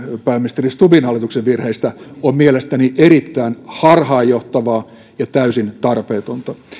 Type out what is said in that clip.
pääministeri stubbin hallituksen virheistä on mielestäni erittäin harhaanjohtavaa ja täysin tarpeetonta